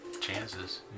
chances